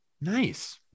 nice